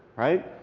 right?